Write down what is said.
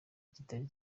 kitari